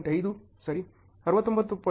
5 ಸರಿ 69